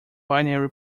binary